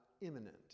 imminent